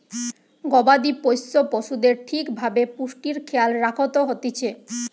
গবাদি পোষ্য পশুদের ঠিক ভাবে পুষ্টির খেয়াল রাখত হতিছে